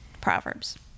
Proverbs